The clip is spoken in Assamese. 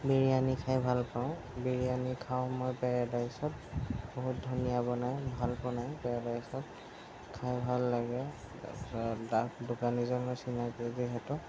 বিৰিয়ানী খাই ভাল পাওঁ বিৰিয়ানী খাওঁ মই পেৰাদাইছত বহুত ধুনীয়া বনায় ভাল বনায় পেৰাদাইচত খাওঁ ভাল লাগে তাৰপাছত তাত দোকানীজন আছে